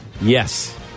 Yes